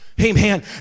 Amen